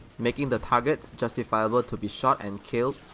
making the targets justifiable to be shot and killed,